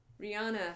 Rihanna